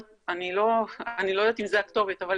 אני לא יודעת אם זו הכתובת, אבל